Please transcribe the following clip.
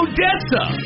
Odessa